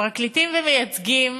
פרקליטים ומייצגים